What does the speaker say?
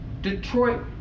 Detroit